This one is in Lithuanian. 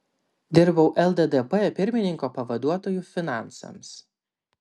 dirbau lddp pirmininko pavaduotoju finansams